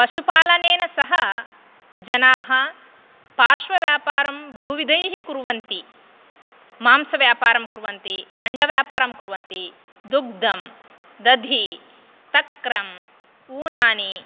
पशुपालनेन सह जनाः पार्श्वव्यापारं बहुविधैः कुर्वन्ति मांसव्यापरं कुर्वन्ति अण्डव्यापारं कुर्वन्ति दुग्धं दधि तक्रं ऊनानि